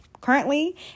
currently